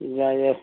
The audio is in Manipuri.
ꯌꯥꯏꯌꯦ